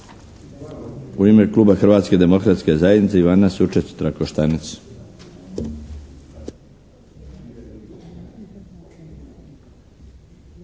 Hrvatske demokratske zajednice Ivana Sučec-Trakoštanec.